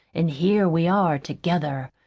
an' here we are together.